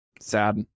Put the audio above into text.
Sad